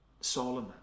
Solomon